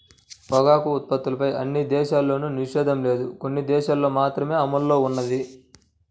పొగాకు ఉత్పత్తులపైన అన్ని దేశాల్లోనూ నిషేధం లేదు, కొన్ని దేశాలల్లో మాత్రమే అమల్లో ఉన్నది